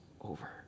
over